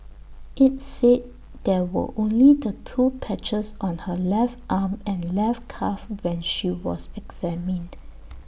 IT said there were only the two patches on her left arm and left calf when she was examined